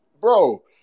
bro